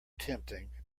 tempting